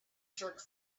jerk